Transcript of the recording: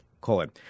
colon